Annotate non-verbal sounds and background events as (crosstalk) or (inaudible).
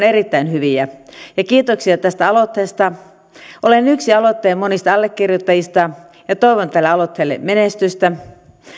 (unintelligible) erittäin hyviä ja kiitoksia tästä aloitteesta olen yksi aloitteen monista allekirjoittajista ja toivon tälle aloitteelle menestystä